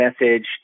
message